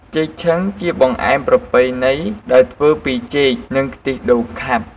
ចេកឆឹង ជាបង្អែមប្រពៃណីដែលធ្វើពី ចេក និងខ្ទិះដូងខាប់។